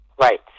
Right